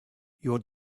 your